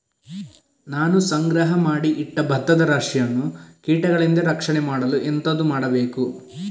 ನಾನು ಸಂಗ್ರಹ ಮಾಡಿ ಇಟ್ಟ ಭತ್ತದ ರಾಶಿಯನ್ನು ಕೀಟಗಳಿಂದ ರಕ್ಷಣೆ ಮಾಡಲು ಎಂತದು ಮಾಡಬೇಕು?